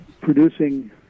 producing